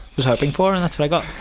was hoping for and that's what i got.